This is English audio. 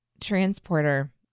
transporter